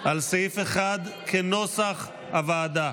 על סעיף 1 כנוסח הוועדה.